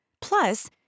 Plus